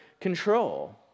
control